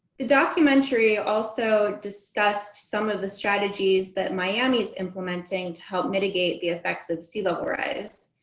the documentary also discussed some of the strategies that miami is implementing to help mitigate the effects of sea level rise.